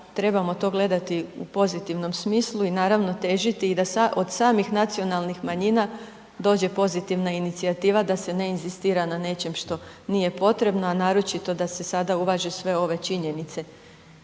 trebamo to gledati u pozitivnom smislu i naravno težiti i da od samih nacionalnih manjina dođe pozitivna inicijativa da se ne inzistira na nečem što nije potrebno, a naročito da se sada uvaže sve ove činjenice.